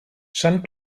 sant